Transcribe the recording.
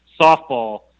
softball